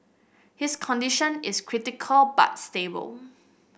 his condition is critical but stable